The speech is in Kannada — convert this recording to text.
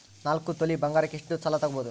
ನಾಲ್ಕು ತೊಲಿ ಬಂಗಾರಕ್ಕೆ ಎಷ್ಟು ಸಾಲ ತಗಬೋದು?